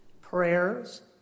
prayers